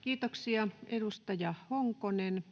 Kiitoksia. — Edustaja Honkonen,